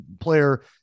player